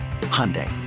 Hyundai